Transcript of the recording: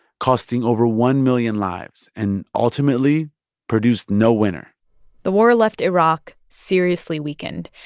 costing over one million lives, and ultimately produced no winner the war left iraq seriously weakened.